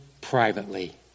privately